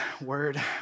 word